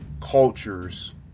cultures